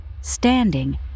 Standing